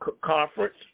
conference